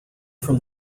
from